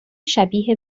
شبیه